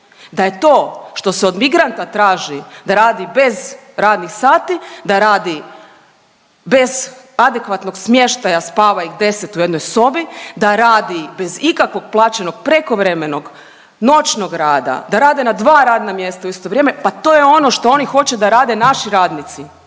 da je to što se od migranta traži da radi bez radnih sati, da radi bez adekvatnog smještaja spava ih deset u jednoj sobi, da radi bez ikakvog plaćenog prekovremenog, noćnog rada, da rade na dva radna mjesta u isto vrijeme, pa to je ono što oni hoće da rade naši radnici.